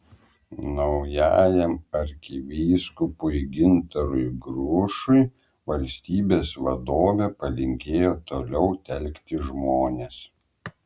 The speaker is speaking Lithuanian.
naujajam arkivyskupui gintarui grušui valstybės vadovė palinkėjo toliau telkti žmones